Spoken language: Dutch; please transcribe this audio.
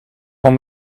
van